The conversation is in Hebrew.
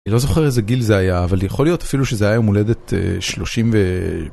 אני לא זוכר איזה גיל זה היה, אבל יכול להיות אפילו שזה היה יום הולדת שלושים ו